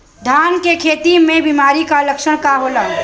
धान के खेती में बिमारी का लक्षण का होला?